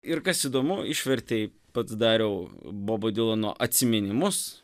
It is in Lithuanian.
ir kas įdomu išvertei pats dariau bobų dylano atsiminimus